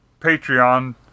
Patreon